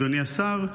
אדוני השר,